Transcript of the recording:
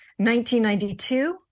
1992